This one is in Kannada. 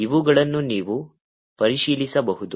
ಇವುಗಳನ್ನು ನೀವು ಪರಿಶೀಲಿಸಬಹುದು